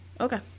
okay